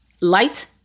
light